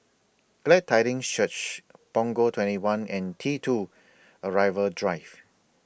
Glad Tidings Church Punggol twenty one and T two Arrival Drive